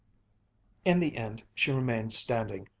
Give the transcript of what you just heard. in the end she remained standing,